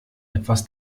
etwas